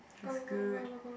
is good